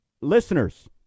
listeners